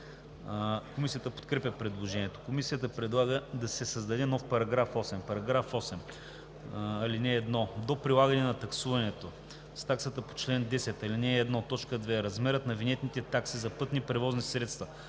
Комисията подкрепя предложението. Комисията предлага да се създаде нов § 8: „§ 8. (1) До прилагане на таксуването с таксата по чл. 10, ал. 1, т. 2 размерът на винетните такси за пътните превозни средства